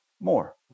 more